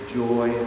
joy